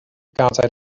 gadair